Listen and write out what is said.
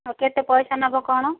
ହଉ କେତେ ପଇସା ନବ କ'ଣ